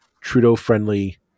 Trudeau-friendly